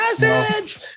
message